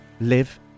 live